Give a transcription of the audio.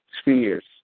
spheres